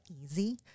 easy